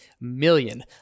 million